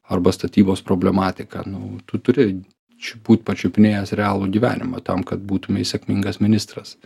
arba statybos problematiką nu tu turi čia būt pačiupinėjęs realų gyvenimą tam kad būtumei sėkmingas ministras